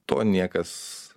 to niekas